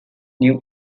new